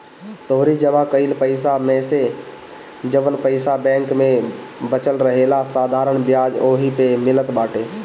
तोहरी जमा कईल पईसा मेसे जवन पईसा बैंक में बचल रहेला साधारण बियाज ओही पअ मिलत बाटे